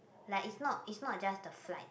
like is not is not just the flight